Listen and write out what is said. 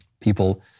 People